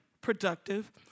productive